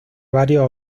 varios